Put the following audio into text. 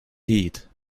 heat